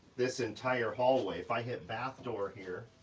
this entire hallway, if i hit bath door here,